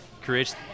creates